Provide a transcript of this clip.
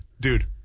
dude